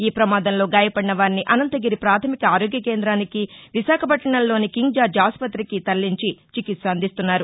ఈ ప్రమాదంలో గాయపడిన వారిని అనంతగిరి ప్రాథమిక ఆరోగ్య కేంద్రానికి విశాఖపట్లణంలోని కింగ్ జార్జి ఆసుపతికి తరలించి చికిత్స అందిస్తున్నారు